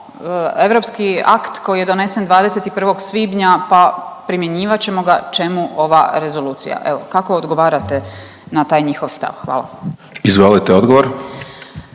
europski akt koji je donesen 21. svibnja, pa primjenjivat ćemo ga. Čemu ova rezolucija? Evo kako odgovarate na taj njihov stav? Hvala. **Hajdaš